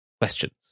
questions